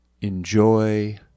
enjoy